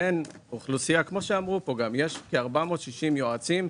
כמו שאמרו כאן, יש כ-460 יועצים.